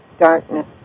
darkness